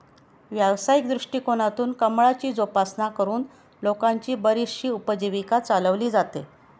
व्यावसायिक दृष्टिकोनातून कमळाची जोपासना करून लोकांची बरीचशी उपजीविका चालवली जाते